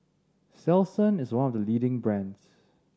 Selsun is one of the leading brands